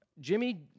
Jimmy